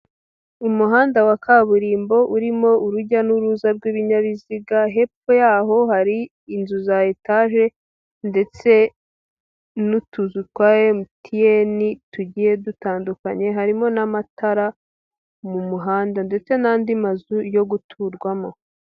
Umuhanda wa kaburimbo urimo urujya n'uruza rw'ibinyabiziga, hepfo yaho hari inzu za etage ndetse n'utuzu twa MTN tugiye dutandukanye, harimo n'amatara mu muhanda ndetse n'andi mazu yo guturwamo.